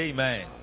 Amen